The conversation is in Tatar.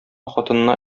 хатынына